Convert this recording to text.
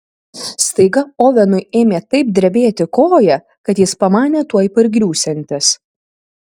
staiga ovenui ėmė taip drebėti koja kad jis pamanė tuoj pargriūsiantis